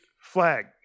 flag